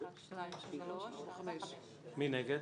הצבעה בעד הרביזיה על סעיף 48, 3 נגד,